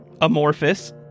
amorphous